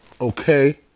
okay